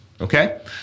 Okay